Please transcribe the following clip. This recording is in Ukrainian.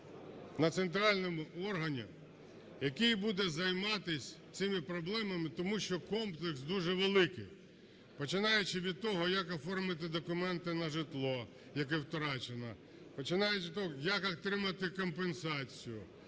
на центральному органі, який буде займатися цими проблемами, тому що комплекс дуже великий, починаючи від того, як оформити документи на житло, яке втрачено, починаючи від того, як отримати компенсацію,